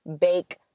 bake